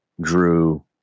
drew